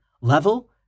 Level